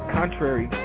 contrary